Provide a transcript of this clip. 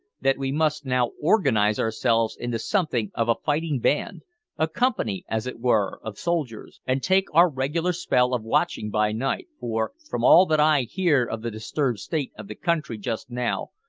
that we must now organise ourselves into something of a fighting band a company, as it were, of soldiers and take our regular spell of watching by night, for, from all that i hear of the disturbed state of the country just now,